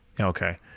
Okay